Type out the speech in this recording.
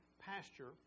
pasture